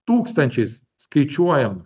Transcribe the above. tūkstančiais skaičiuojam